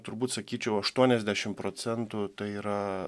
turbūt sakyčiau aštuoniasdešim procentų tai yra